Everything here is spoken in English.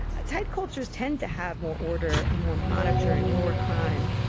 ah tight cultures tend to have more order and more monitoring, lower crime.